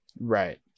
Right